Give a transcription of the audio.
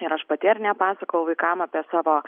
ir aš pati ar ne pasakojau vaikam apie savo